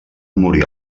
morir